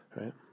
Right